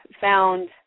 found